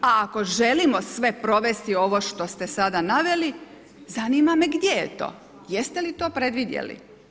A ako želimo sve provesti ovo što ste sada naveli, zanima me gdje je to, jeste li to predvidjeli.